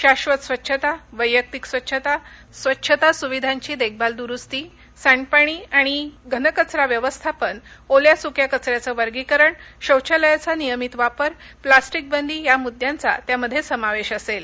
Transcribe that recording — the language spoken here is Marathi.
शाधत स्वच्छता वैयक्तिक स्वच्छता स्वच्छता सुविधांची देखभाल दुरुस्ती सांडपाणी आणि घनकचरा व्यवस्थापन ओल्या सुक्या कचऱ्याचं वर्गिकरण शौचालयाचा नियमित वापर प्लास्टिक बंदी प्लास्टिक बंदी या मुद्द्यांचा त्यामध्ये समावेश असेल